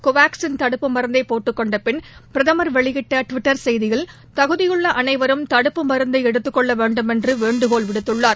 கோவாக்ஸின் தடுப்பு மருந்தைபோட்டுக்கொண்டபின் பிரதமா் வெளியிட்டடுவிட்டா் செய்தியில் தகுதியுள்ளஅனைவரும் தடுப்பு மருந்தைஎடுத்துக் கொள்ளவேண்டுமென்றவேண்டுகோள் விடுத்துள்ளார்